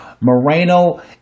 Moreno